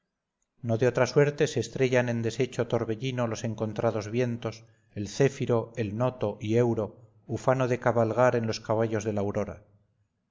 no de otra suerte se estrellan en deshecho torbellino los encontrados vientos el céfiro el noto y euro ufano de cabalgar en los caballos de la aurora